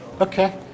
okay